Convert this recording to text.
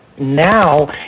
Now